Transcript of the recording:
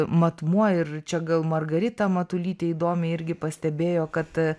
matmuo ir čia gal margarita matulytė įdomiai irgi pastebėjo kad